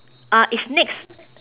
uh it's next